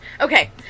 Okay